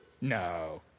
No